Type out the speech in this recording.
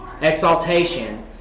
exaltation